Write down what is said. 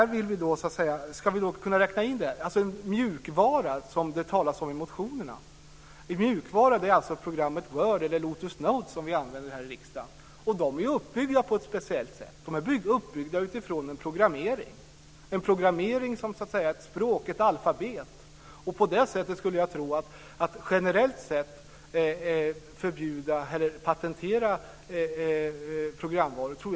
Ska vi kunna räkna in mjukvara, som det talas om i motionerna, i detta? Mjukvara är alltså programmet Word eller Lotus Notes, som vi använder här i riksdagen. De är uppbyggda på ett speciellt sätt. De är uppbyggda utifrån en programmering, en programmering som så att säga är ett språk, ett alfabet. På det sättet skulle jag tro att det generellt sett är väldigt svårt att patentera programvara.